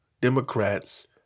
Democrats